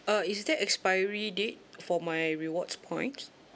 uh is there expiry date for my rewards points